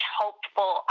hopeful